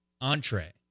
entree